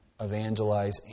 evangelize